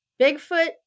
Bigfoot